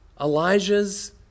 Elijah's